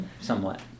somewhat